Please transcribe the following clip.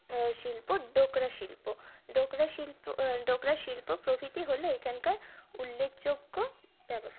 শিল্প ডোকরা শিল্প ডোকরা শিল্প ডোকরা শিল্প প্রভৃতি হল এখানকার উল্লেখযোগ্য ব্যবস্থা